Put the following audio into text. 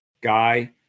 guy